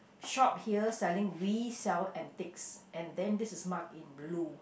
shop here selling we sell antiques and then this is marked in blue